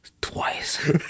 twice